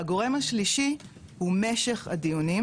והגורם השלישי הוא משך הדיונים,